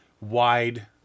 wide